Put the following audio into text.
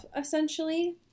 essentially